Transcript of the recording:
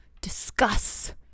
Discuss